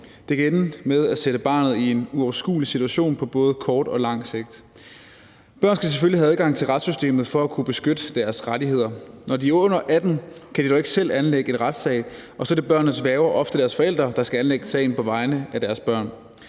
det kan ende med at sætte barnet i en uoverskuelig situation på både kort og lang sigt. Børn skal selvfølgelig have adgang til retssystemet for at kunne beskytte deres rettigheder. Når de er under 18 år, kan de dog ikke selv anlægge en retssag, og så er det børnenes værge og ofte deres forældre, der skal anlægge sagen på vegne af deres børn.